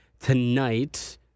tonight